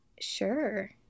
Sure